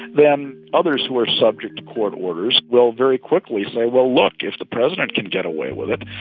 then others who are subject to court orders will very quickly say, well, look if the president can get away with it,